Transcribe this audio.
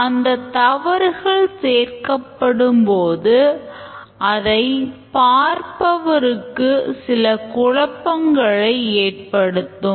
அந்த தவறுகள் சேர்க்கப்படும்போது அதைப் பார்ப்பவருக்கு சில குழப்பங்களை ஏற்படுத்தும்